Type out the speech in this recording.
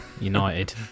United